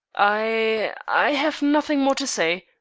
i have nothing more to say,